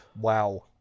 Wow